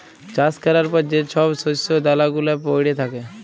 চাষ ক্যরার পর যে ছব শস্য দালা গুলা প্যইড়ে থ্যাকে